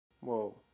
Whoa